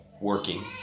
working